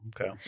Okay